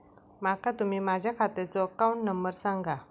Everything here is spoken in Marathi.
माका तुम्ही माझ्या खात्याचो अकाउंट नंबर सांगा?